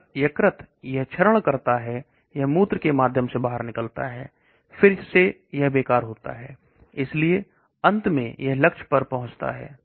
अगर लीवर यह शरण करता है यह मूत्र के माध्यम से बाहर निकल जाता है खराब होता है इसलिए अंत में यह टारगेट पर पहुंचता है